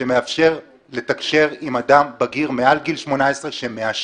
שמאפשר לתקשר עם אדם בגיר מעל גיל 18 שמעשן,